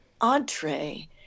entree